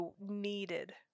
needed